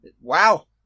wow